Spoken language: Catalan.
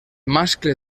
mascle